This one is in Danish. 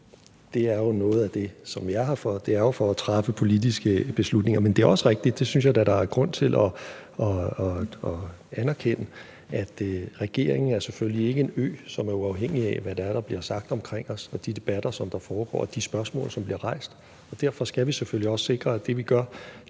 Det er jo noget af det, vi er her for, altså at træffe politiske beslutninger. Det er også rigtigt, og det synes jeg da at der er grund til at anerkende, at regeringen selvfølgelig ikke er en ø, som er uafhængig af, hvad der bliver sagt omkring os, og de debatter, som foregår, og de spørgsmål, der bliver rejst. Derfor skal vi selvfølgelig også sikre, at det, vi gør,